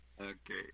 Okay